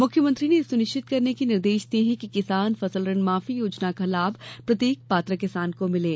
मुख्यमंत्री ने यह सुनिश्चित करने के निर्देश दिये हैं कि किसान फसल ऋण माफी योजना का लाभ प्रत्येक पात्र किसान को मिले